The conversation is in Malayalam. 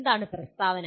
എന്താണ് പ്രസ്താവന